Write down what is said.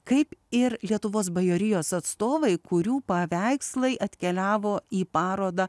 kaip ir lietuvos bajorijos atstovai kurių paveikslai atkeliavo į parodą